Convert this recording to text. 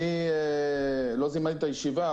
אני לא זימנתי את הישיבה,